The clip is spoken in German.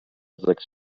sechs